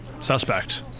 suspect